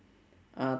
uh